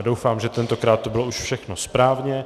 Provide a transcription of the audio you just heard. Doufám, že tentokrát to už bylo všechno správně.